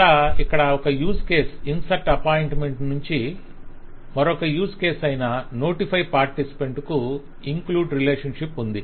ఇలా ఇక్కడ ఒక యూజ్ కేస్ ఇన్సర్ట్ అపాయింట్మెంట్ నుంచి మరొక యూజ్ కేస్ అయిన నోటిఫై పార్టిసిపెంట్ కు ఇంక్లూడ్ రిలేషన్షిప్ ఉంది